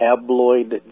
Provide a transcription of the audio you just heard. tabloid